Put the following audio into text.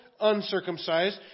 uncircumcised